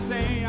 Say